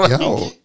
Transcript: Yo